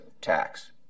tax